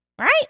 right